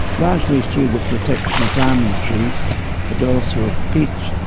largely through the protection of almond trees but also of peach,